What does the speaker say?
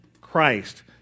Christ